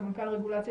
סמנכ"ל רגולציה